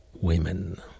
women